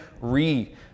re